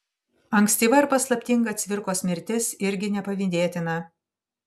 ankstyva ir paslaptinga cvirkos mirtis irgi nepavydėtina